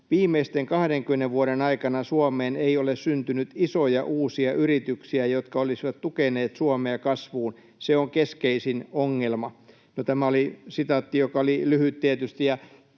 ”Viimeisten 20 vuoden aikana Suomeen ei ole syntynyt isoja uusia yrityksiä, jotka olisivat tukeneet Suomea kasvua. Se on keskeisin ongelma.” No, tämä oli sitaatti, joka oli lyhyt tietysti,